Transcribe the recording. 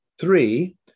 Three